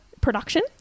production